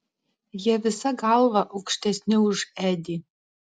jie visa galva aukštesni už edį